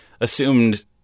assumed